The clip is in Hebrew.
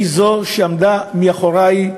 היא זאת שעמדה מאחורַי,